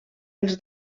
els